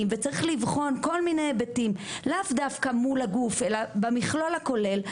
וצריך לבחון כל מיני היבטים לאו דווקא מול הגוף אלא במכלול הכולל,